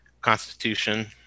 Constitution